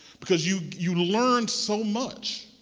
because you you learn so much.